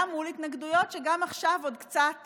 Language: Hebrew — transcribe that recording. גם מול התנגדויות שגם עכשיו עוד קצת